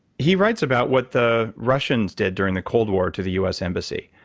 he writes about what the russians did, during the cold war, to the u s. embassy.